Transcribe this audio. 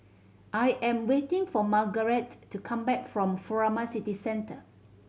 I am waiting for Margarete to come back from Furama City Centre